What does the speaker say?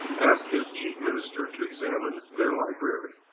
asked his chief minister to examine their library.